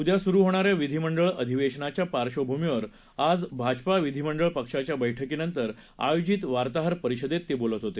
उद्या सुरु होणाऱ्या विधिमंडळ अधिवेशनाच्या पार्श्वभूमीवर आज भाजपा विधिमंडळ पक्षाच्या बैठकीनंतर आयोजित वार्ताहर परिषदेत ते बोलत होते